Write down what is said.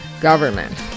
government